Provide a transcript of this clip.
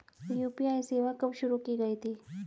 UPI सेवा कब शुरू की गई थी?